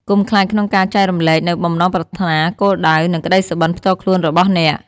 កុំខ្លាចក្នុងការចែករំលែកនូវបំណងប្រាថ្នា គោលដៅ និងក្ដីសុបិន្តផ្ទាល់ខ្លួនរបស់អ្នក។